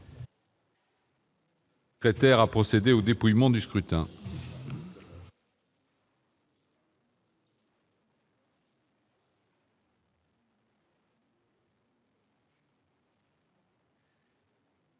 les secrétaires à procéder au dépouillement du scrutin.